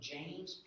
James